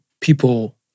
people